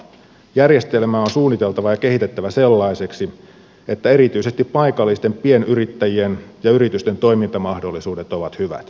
järjestelmää on suunniteltava ja kehitettävä sellaiseksi että erityisesti paikallisten pienyrittäjien ja yritysten toimintamahdollisuudet ovat hyvät